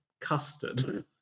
custard